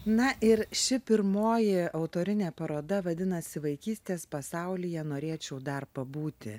na ir ši pirmoji autorinė paroda vadinasi vaikystės pasaulyje norėčiau dar pabūti